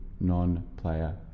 non-player